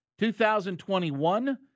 2021